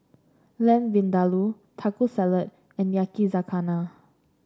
Lamb Vindaloo Taco Salad and Yakizakana